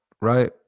right